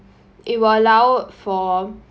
it would allowed for